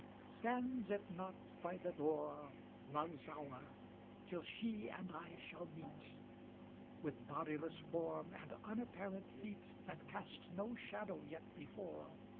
stands it not by the door love's hour till she and i shall meet with bodiless form and unapparent feet that cast no shadow yet before,